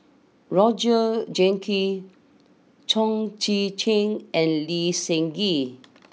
Roger Jenkins Chong Tze Chien and Lee Seng Gee